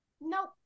nope